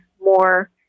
more